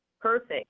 Perfect